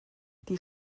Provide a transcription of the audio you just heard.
die